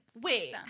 Wait